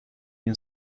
این